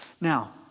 Now